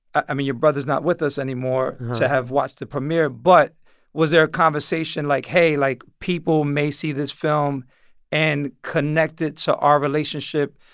i mean, your brother is not with us anymore to have watched the premiere, but was there a conversation like, hey, like, people may see this film and connect it to our relationship?